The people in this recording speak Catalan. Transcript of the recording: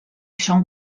són